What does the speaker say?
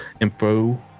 info